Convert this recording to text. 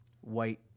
white